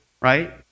right